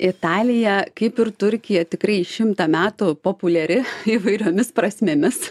italija kaip ir turkija tikrai šimtą metų populiari įvairiomis prasmėmis